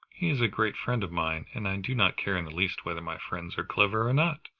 he is a great friend of mine, and i do not care in the least whether my friends are clever or not.